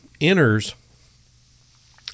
enters